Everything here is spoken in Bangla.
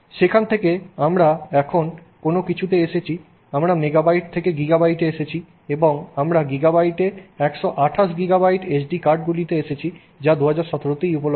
সেখান থেকেআমরা এখন কোন কিছুতে এসেছি আমরা মেগাবাইট থেকে গিগাবাইটে এসেছি এবং আমরা গিগাবাইটে 128 গিগাবাইট এসডি কার্ডগুলিতে এসেছি যা 2017 তেই উপলব্ধ হয়েছে